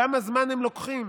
כמה זמן הם לוקחים?